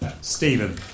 Stephen